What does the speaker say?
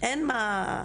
ואין מה.